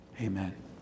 Amen